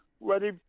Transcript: ready